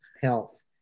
health